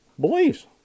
beliefs